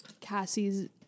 Cassie's